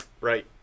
right